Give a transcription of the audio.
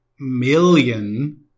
Million